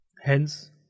Hence